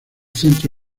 centro